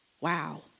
Wow